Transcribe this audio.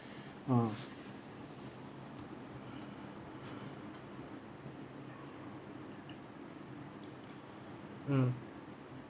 uh mm